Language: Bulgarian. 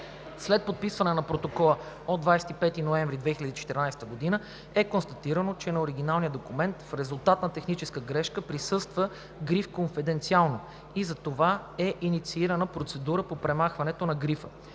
След подписването на Протокола от 25 ноември 2014 г. е констатирано, че на оригиналния документ в резултат на техническа грешка присъства гриф „Конфиденциално“ и за това е инициирана процедура за премахването на грифа.